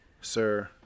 sir